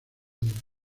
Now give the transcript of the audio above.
del